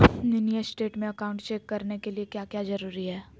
Mini state में account check करने के लिए क्या क्या जरूरी है?